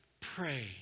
Pray